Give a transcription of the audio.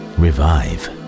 revive